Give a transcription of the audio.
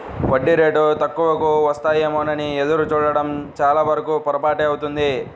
వడ్డీ రేటు తక్కువకు వస్తాయేమోనని ఎదురు చూడడం చాలావరకు పొరపాటే అవుతుంది